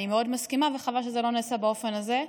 אני מאוד מסכימה, וחבל שזה לא נעשה באופן הזה.